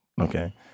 Okay